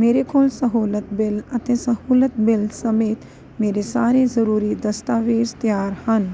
ਮੇਰੇ ਕੋਲ ਸਹੂਲਤ ਬਿੱਲ ਅਤੇ ਸਹੂਲਤ ਬਿੱਲ ਸਮੇਤ ਮੇਰੇ ਸਾਰੇ ਜ਼ਰੂਰੀ ਦਸਤਾਵੇਜ਼ ਤਿਆਰ ਹਨ